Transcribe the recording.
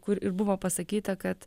kur ir buvo pasakyta kad